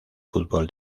fútbol